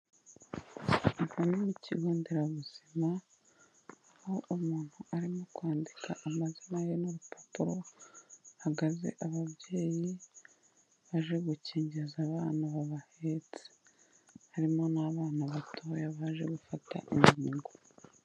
Aha ni mu kigo nderabuzima aho umuntu arimo kwandika amazina ye n'urupapuro, hahagaze ababyeyi baje gukingiza abana babahetse, harimo n'abana batoya baje gufata inkingo.